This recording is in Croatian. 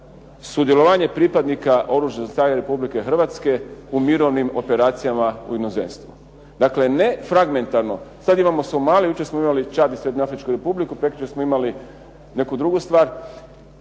sudjelovanje pripadnika Oružanih snaga Republike Hrvatske u mirovnim operacijama u inozemstvu. Dakle, ne fragmentarno, sad imamo Somaliju, jučer smo imali Čad i Srednjoafričku Republiku, prekjučer smo imali neku drugu stvar.